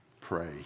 pray